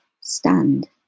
stand